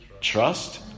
trust